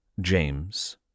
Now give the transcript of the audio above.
James